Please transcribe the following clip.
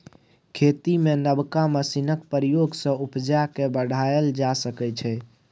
खेती मे नबका मशीनक प्रयोग सँ उपजा केँ बढ़ाएल जा सकै छै